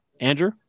Andrew